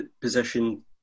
position